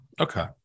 okay